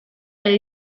edo